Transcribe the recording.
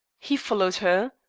he followed her,